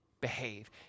behave